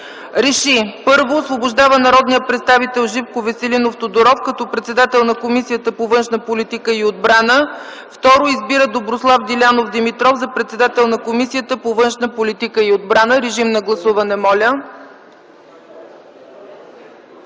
РЕШИ: 1. Освобождава народния представител Живко Веселинов Тодоров като председател на Комисията по външна политика и отбрана. 2. Избира Доброслав Дилянов Димитров за председател на Комисията по външна политика и отбрана.” Моля да гласуваме.